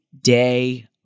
day